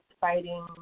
fighting